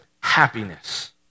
happiness